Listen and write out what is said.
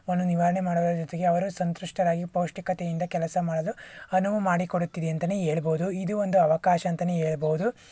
ವನ್ನು ನಿವಾರಣೆ ಮಾಡುವುದರ ಜೊತೆಗೆ ಅವರು ಸಂತುಷ್ಟರಾಗಿ ಪೌಷ್ಟಿಕತೆಯಿಂದ ಕೆಲಸ ಮಾಡಲು ಅನುವು ಮಾಡಿಕೊಡುತ್ತಿದೆ ಅಂತನೇ ಹೇಳ್ಬೋದು ಇದು ಒಂದು ಅವಕಾಶ ಅಂತನೇ ಹೇಳ್ಬೌದು